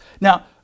Now